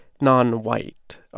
non-white